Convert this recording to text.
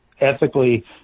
ethically